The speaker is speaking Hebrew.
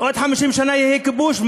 עוד 50 שנה יהיה כיבוש.